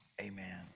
Amen